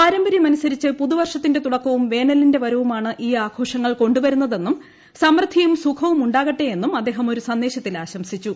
പാരമ്പര്യമനുസരിച്ച് പുതുവർഷത്തിന്റെ തുടക്കവും വേനലിന്റെ വരവും ആണ് ഈ ആഘോഷങ്ങൾ കൊണ്ടു വരുന്നതെന്നും സമൃദ്ധിയും സുഖവും ഉണ്ടാകട്ടെയെന്നും അദ്ദേഹം ഒരു സന്ദേശത്തിൽ ആശംസിച്ചു